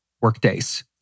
workdays